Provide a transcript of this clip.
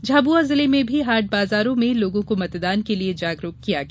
झाबुआ जिले में भी हाट बाजारों में लोगों को मतदान के लिये जागरूक किया गया